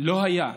לא היה.